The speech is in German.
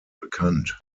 bekannt